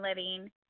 living